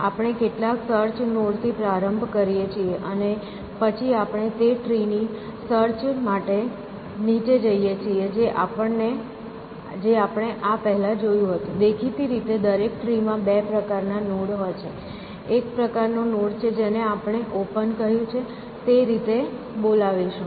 આપણે કેટલાક સર્ચ નોડથી પ્રારંભ કરીએ છીએ અને પછી આપણે તે ટ્રી ની સર્ચ માટે નીચે જઈએ છીએ જે આપણે આ પહેલાં જોયું હતું દેખીતી રીતે દરેક ટ્રી માં બે પ્રકારના નોડ હોય છે એક પ્રકારનો નોડ છે જેને આપણે ઓપન કહ્યું છે તે રીતે બોલાવીશું